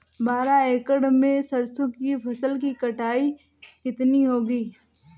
बारह एकड़ में सरसों की फसल की कटाई कितनी होगी?